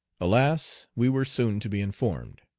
alas! we were soon to be informed!